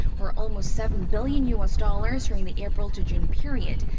or almost seven billion u s. dollars during the april-to-june period.